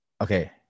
okay